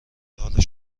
حال